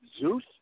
Zeus